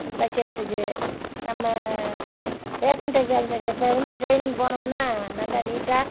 தைக்கிறதுக்கு நம்ம fashion technology இப்போ வந்து ட்ரெய்னிங் போனோம்னா நல்லா நீட்டாக